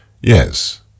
Yes